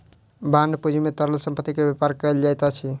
bond पूंजी में तरल संपत्ति के व्यापार कयल जाइत अछि